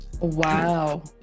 wow